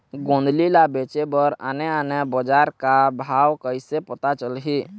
गोंदली ला बेचे बर आने आने बजार का भाव कइसे पता चलही?